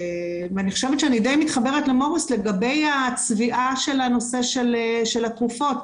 אני חושבת שאני די מתחברת למוריס לגבי הצביעה של הנושא של התרופות.